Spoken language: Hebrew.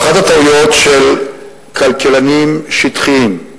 אחת הטעויות של כלכלנים שטחיים,